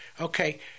okay